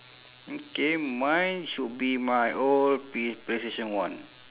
okay mine should be my old p~ playstation one